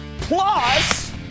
Plus